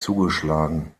zugeschlagen